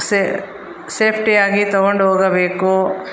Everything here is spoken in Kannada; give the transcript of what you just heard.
ಸೇಫ್ಟಿಯಾಗಿ ತೊಗೊಂಡು ಹೋಗಬೇಕು